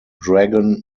dragon